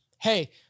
hey